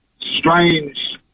strange